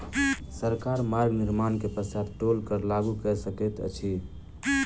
सरकार मार्ग निर्माण के पश्चात टोल कर लागू कय सकैत अछि